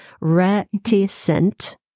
reticent